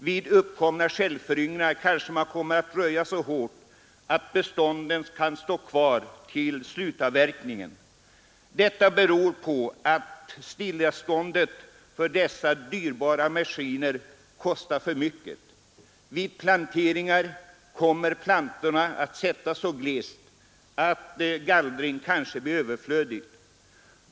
Vid uppkomna självföryngringar kommer man kanske att röja så hårt att bestånden kan stå kvar till slutavverkningen. Detta beror på att stilleståndet för de dyrbara maskinerna kostar för mycket. Vid planteringar kommer plantorna att sättas så glest att gallring kanske blir överflödig.